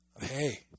Hey